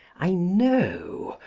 i know.